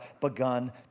begun